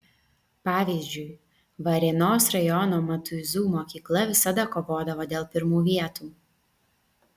pavyzdžiui varėnos rajono matuizų mokykla visada kovodavo dėl pirmų vietų